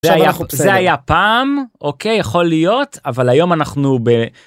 זה היה פעם, אוקיי, יכול להיות, אבל היום אנחנו ב...